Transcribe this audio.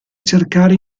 cercare